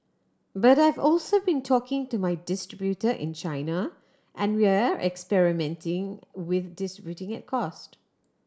but I've also been talking to my distributor in China and we're experimenting with distributing at cost